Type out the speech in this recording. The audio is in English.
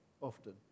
often